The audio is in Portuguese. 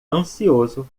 ansioso